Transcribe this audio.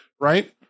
right